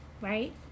right